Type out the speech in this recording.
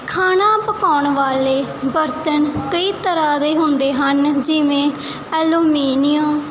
ਖਾਣਾ ਪਕਾਉਣ ਵਾਲੇ ਬਰਤਨ ਕਈ ਤਰ੍ਹਾਂ ਦੇ ਹੁੰਦੇ ਹਨ ਜਿਵੇਂ ਐਲੂਮੀਨੀਅਮ